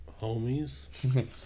Homies